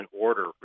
order